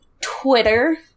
Twitter